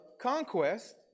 conquest